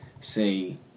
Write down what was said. say